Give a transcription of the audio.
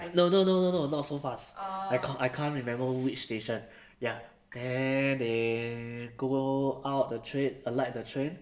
no no no no no not so far I can't I can't remember which station then they go out the train alight the train